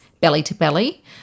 belly-to-belly